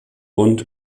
und